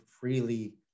freely